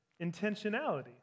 intentionality